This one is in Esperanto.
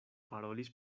parolis